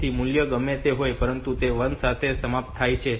તેથી મૂલ્ય ગમે તે હોય પરંતુ તે 1 સાથે સમાપ્ત થાય છે